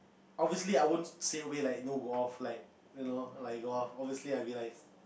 obviously I won't straightaway like know go off like you know like go off obviously I'll be like